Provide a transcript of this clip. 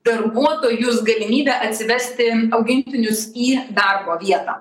darbuotojus galimybė atsivesti augintinius į darbo vietą